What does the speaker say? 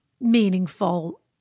meaningful